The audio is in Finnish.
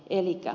elikkä